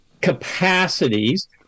capacities